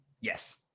Yes